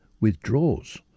withdraws